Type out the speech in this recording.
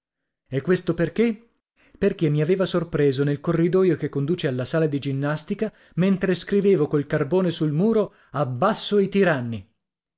e questo perché perché mi aveva sorpreso nel corridoio che conduce alla sala di ginnastica mentre scrivevo col carbone sul muro abbasso i tiranni